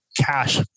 cash